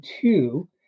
two